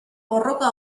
borroka